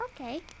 Okay